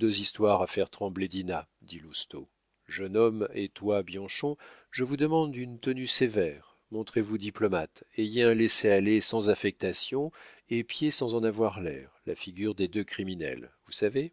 histoires à faire trembler dinah dit lousteau jeune homme et toi bianchon je vous demande une tenue sévère montrez-vous diplomates ayez un laissez-aller sans affectation épiez sans en avoir l'air la figure des deux criminels vous savez